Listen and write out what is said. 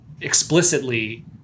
explicitly